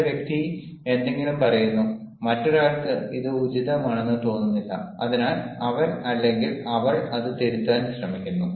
ചില വ്യക്തി എന്തെങ്കിലും പറയുന്നു മറ്റൊരാൾക്ക് ഇത് ഉചിതമാണെന്ന് തോന്നുന്നില്ല അതിനാൽ അവൻ അല്ലെങ്കിൽ അവൾ അത് തിരുത്താൻ ശ്രമിക്കുന്നു